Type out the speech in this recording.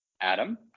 Adam